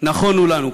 נכונו לנו כאן.